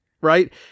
right